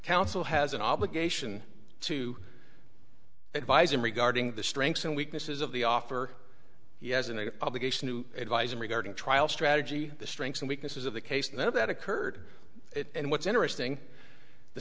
counsel has an obligation to advise him regarding the strengths and weaknesses of the offer he has an obligation to advise him regarding trial strategy the strengths and weaknesses of the case and that that occurred and what's interesting the